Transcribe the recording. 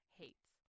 hates